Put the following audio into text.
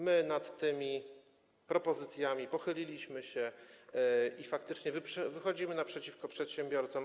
My nad tymi propozycjami pochyliliśmy się i faktycznie wychodzimy naprzeciw przedsiębiorcom.